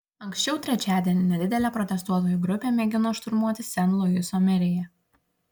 anksčiau trečiadienį nedidelė protestuotojų grupė mėgino šturmuoti sen luiso meriją